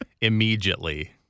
immediately